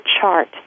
chart